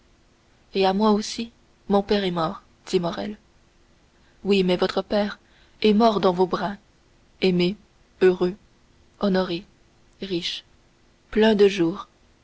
et à moi aussi mon père est mort dit morrel oui mais votre père est mort dans vos bras aimé heureux honoré riche plein de jours